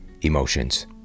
emotions